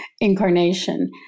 incarnation